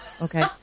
okay